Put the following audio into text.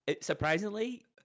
Surprisingly